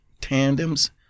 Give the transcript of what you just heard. tandems